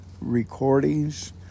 recordings